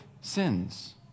sins